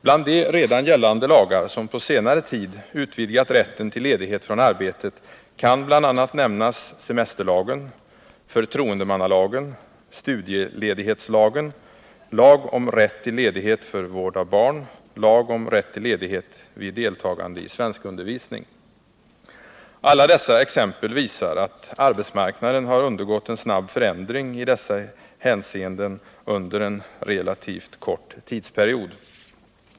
Bland de redan gällande lagar som på senare tid utvidgat rätten till ledighet från arbetet kan bl.a. nämnas semesterlagen, förtroendemannalagen, studieledighetslagen, lag om rätt till ledighet för vård av barn och lag om rätt till ledighet vid deltagande i svenskundervisning. Alla dessa exempel visar att arbetsmarknaden har undergått en snabb förändring i dessa hänseenden under en relativt kort tidsperiod.